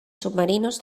submarinos